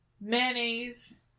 mayonnaise